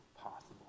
possible